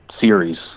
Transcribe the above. series